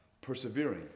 persevering